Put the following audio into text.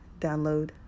Download